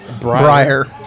Briar